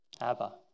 Abba